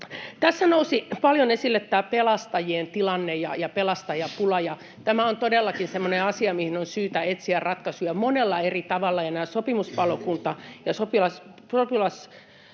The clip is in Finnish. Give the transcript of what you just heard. Tässä nousi paljon esille tämä pelastajien tilanne ja pelastajapula, ja tämä on todellakin semmoinen asia, mihin on syytä etsiä ratkaisuja monella eri tavalla. Näillä sopimuspalokunnilla ja